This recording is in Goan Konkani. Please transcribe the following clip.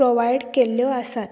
प्रोवायड केल्ल्यो आसात